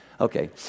Okay